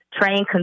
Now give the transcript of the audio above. train